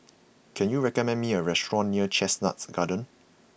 can you recommend me a restaurant near Chestnut Gardens